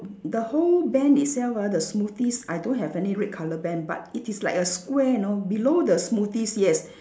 the whole band itself ah the smoothies I don't have any red colour band but it is like a square you know below the smoothies yes